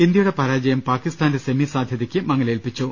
ഇന്ത്യയുടെ പരാജയം പാകിസ്ഥാന്റെ സെമി സാധ്യതയ്ക്ക് മങ്ങലേൽപ്പിച്ചു